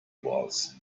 was